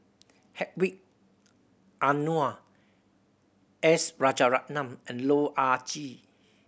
Hedwig Anuar S Rajaratnam and Loh Ah Chee